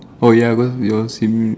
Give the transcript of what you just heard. for ya because you all seen